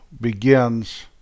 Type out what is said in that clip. begins